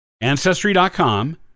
ancestry.com